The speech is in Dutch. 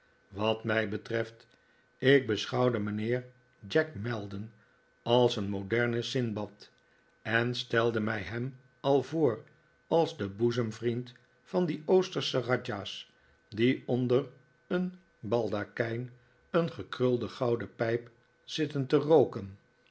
wat mij betreft ik beschouwde mijnheer jack maldon als een modernen sindbad en stelde mij hem al voor als den boezemvriend van die oostersche radja's die onder een baldakijn een gekrulde gouden pijp zitten te rooken